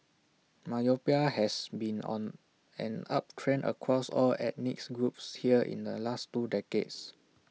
myopia has been on an uptrend across all ethnic groups here in the last two decades